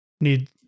need